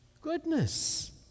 goodness